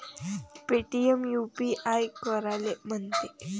Paytm UPI कायले म्हनते?